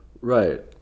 Right